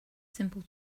simple